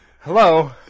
Hello